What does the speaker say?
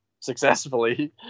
successfully